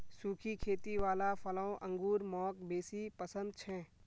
सुखी खेती वाला फलों अंगूर मौक बेसी पसन्द छे